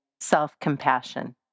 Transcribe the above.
self-compassion